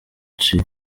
benshi